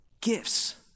gifts